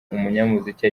umunyamuziki